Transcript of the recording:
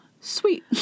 sweet